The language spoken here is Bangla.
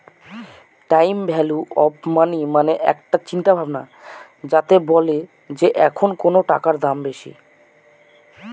টাইম ভ্যালু অফ মানি মানে একটা চিন্তা ভাবনা যাতে বলে যে এখন কোনো টাকার দাম বেশি